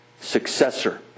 successor